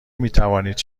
میتوانید